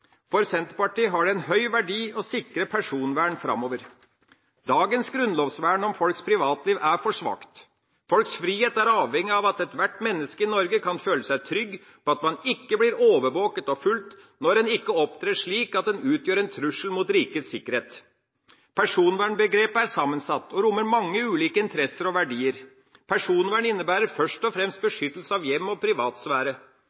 For Senterpartiet har det en høy verdi å sikre personvern framover. Dagens grunnlovsvern om folks privatliv er for svakt. Folks frihet er avhengig av at ethvert menneske i Norge kan føle seg trygg på at man ikke blir overvåket og fulgt, når man ikke opptrer slik at man utgjør en trussel mot rikets sikkerhet. Personvernbegrepet er sammensatt og rommer mange ulike interesser og verdier. Personvern innebærer først og fremst